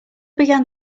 began